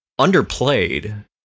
underplayed